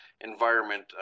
environment